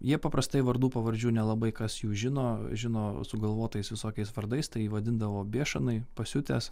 jie paprastai vardų pavardžių nelabai kas jų žino žino sugalvotais visokiais vardais tai vadindavo bėšanai pasiutęs